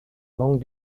long